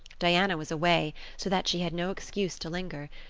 diana was away so that she had no excuse to linger.